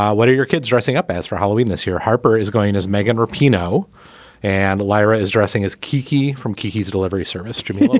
what are your kids dressing up as for halloween this year. harper is going as megan rapinoe and lyra is dressing as kiki from kiki's delivery service stripper